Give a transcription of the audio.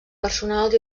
personals